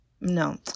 No